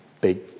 big